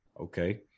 Okay